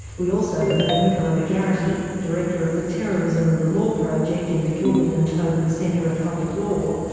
we also heard nicola mcgarrity, director of the terrorism and the law project in the gilbert and tobin centre of public law,